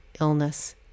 illness